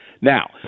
Now